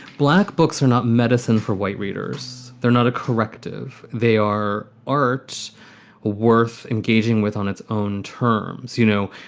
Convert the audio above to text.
black books are not medicine for white readers. they're not a corrective. they are art worth engaging with on its own terms. you know,